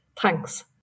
Thanks